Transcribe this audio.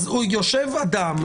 יושב אדם,